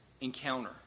encounter